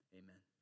amen